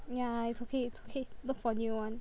yeah it's okay it's okay look for new [one] KitchenAid